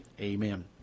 amen